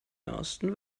ersten